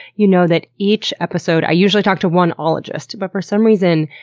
you know that each episode i usually talk to one ologist, but for some reason.